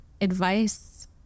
advice